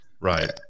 right